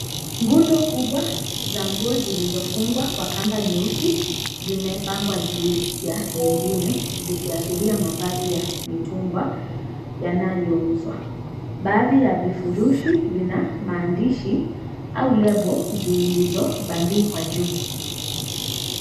Ngundo kubwa za nguo zilizifungwa kwa kamba nyeusi zimepangwa juu ya nyingine zikiashiria mavazi ya mitumba yanayouzwa. Baadhi ya vifurushi vina maandishi au lebo zilizobandikwa juu.